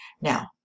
now